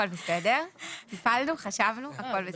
הכול בסדר, טיפלנו, חשבנו, הכול בסדר.